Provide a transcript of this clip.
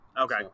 okay